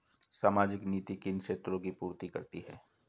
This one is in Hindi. सामाजिक नीति किन क्षेत्रों की पूर्ति करती है?